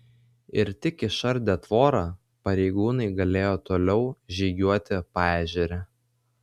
ir tik išardę tvorą pareigūnai galėjo toliau žygiuoti paežere